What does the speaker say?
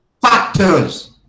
factors